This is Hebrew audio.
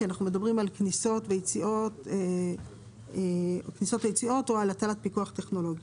כי אנחנו מדברים על כניסות ויציאות ועל הטלת פיקוח טכנולוגי.